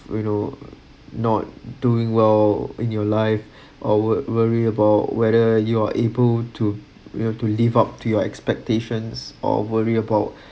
we know not doing well in your life or wo~ worry about whether you are able to live up to your expectations or worry about